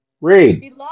Read